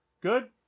Good